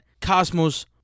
Cosmos